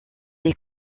est